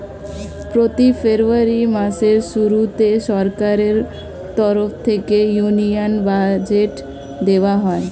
প্রতি ফেব্রুয়ারি মাসের শুরুতে সরকারের তরফ থেকে ইউনিয়ন বাজেট দেওয়া হয়